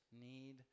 need